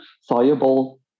soluble